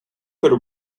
her